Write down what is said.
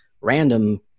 random